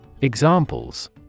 Examples